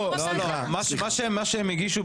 מה שהם הגישו,